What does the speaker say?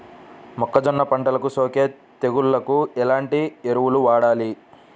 మొక్కజొన్న పంటలకు సోకే తెగుళ్లకు ఎలాంటి ఎరువులు వాడాలి?